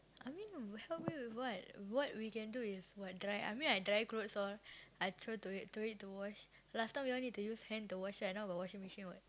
I mean help you with what what we can do is what dry I mean I dry clothes loh I throw to it throw it to wash last time you all need use hand to wash right now got washing machine [what]